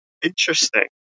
Interesting